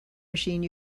machine